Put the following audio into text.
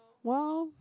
well